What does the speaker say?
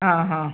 ആ ഹാ